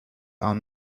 are